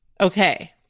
Okay